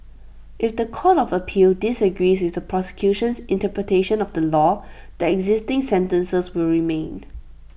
if The Court of appeal disagrees with the prosecution's interpretation of the law the existing sentences will remain